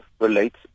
relates